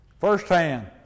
firsthand